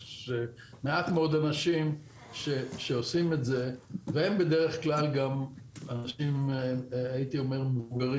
יש מעט אנשים שעושים את זה והם בדרך כלל אנשים מבוגרים.